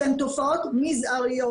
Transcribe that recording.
שהן תופעות מזעריות,